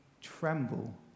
tremble